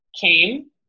came